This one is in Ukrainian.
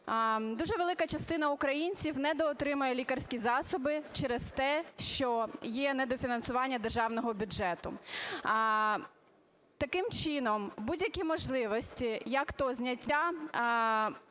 дуже велика частина українців недоотримує лікарські засоби через те, що є недофінансування державного бюджету. Таким чином, будь-які можливості, як-то зняття